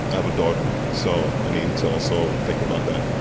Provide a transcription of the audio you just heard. i have a daughter. so i needed to also think about that,